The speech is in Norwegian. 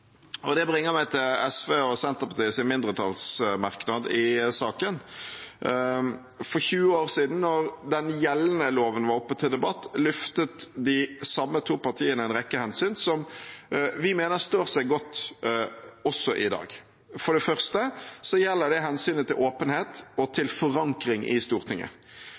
og det bringer meg til SV og Senterpartiets mindretallsmerknad i saken. For 20 år siden, da den gjeldende loven var oppe til debatt, luftet de samme to partiene en rekke hensyn som vi mener står seg godt også i dag. For det første gjelder det hensynet til åpenhet og til forankring i Stortinget.